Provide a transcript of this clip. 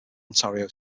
ontario